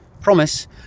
promise